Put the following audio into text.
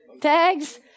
tags